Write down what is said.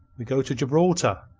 we go to gibraltar.